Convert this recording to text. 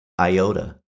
iota